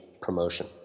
promotion